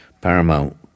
Paramount